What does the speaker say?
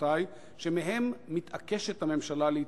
שמהם מתעקשת הממשלה להתעלם: